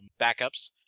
backups